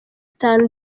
itanu